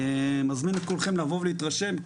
מזמין את כולכם לבוא ולהתרשם.